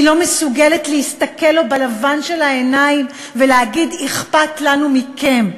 היא לא מסוגלת להסתכל לו בלבן של העיניים ולומר: אכפת לנו מכם.